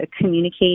communicate